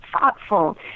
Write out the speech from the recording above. thoughtful